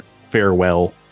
farewell